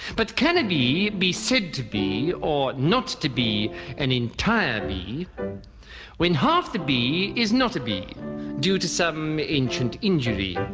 but can a bee be said to be or not to be an entire bee when half the bee is not a bee due to some ancient injury.